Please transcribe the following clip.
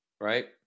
right